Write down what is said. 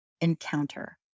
encounter